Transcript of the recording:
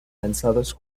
lanzados